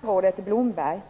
Fru talman! Jag har en fråga till statsrådet Blomberg.